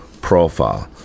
Profile